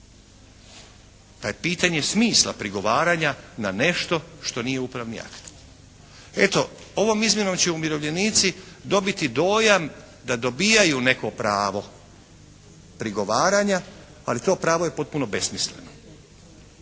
Pa je pitanje smisla prigovaranja na nešto što nije upravni akt. Eto, ovom izmjenom će umirovljenici dobiti dojam da dobijaju neko pravo prigovaranja, ali to pravo je potpuno besmisleno.